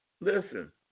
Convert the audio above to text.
Listen